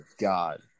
God